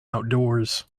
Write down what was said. outdoors